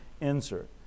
insert